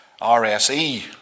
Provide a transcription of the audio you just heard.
RSE